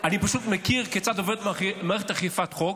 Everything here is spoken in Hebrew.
אני פשוט מכיר כיצד עובדת מערכת אכיפת חוק,